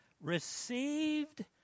received